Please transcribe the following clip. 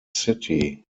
city